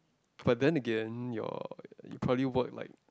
but then again your you probably work like